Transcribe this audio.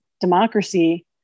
democracy